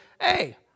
hey